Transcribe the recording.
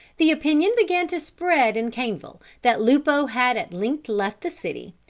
the opinion began to spread in caneville that lupo had at length left the city,